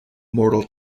mortal